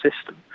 system